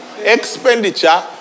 Expenditure